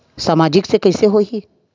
सामाजिक से कइसे होही?